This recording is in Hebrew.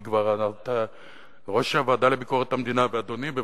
כי יושב-ראש הוועדה לביקורת המדינה ואדוני גם,